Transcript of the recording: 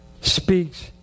Speaks